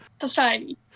Society